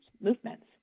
movements